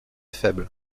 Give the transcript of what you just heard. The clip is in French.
faible